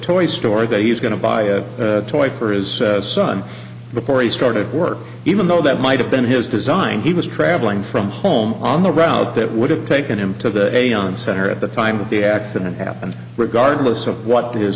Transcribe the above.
toy store that he's going to buy a toy for is son before he started work even though that might have been his design he was traveling from home on the route that would have taken him to the day on center at the time of the accident happened regardless of what